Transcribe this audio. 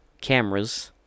cameras